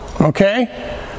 Okay